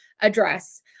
address